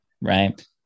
right